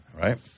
right